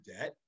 debt